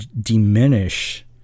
diminish